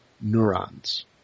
neurons